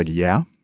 ah yeah.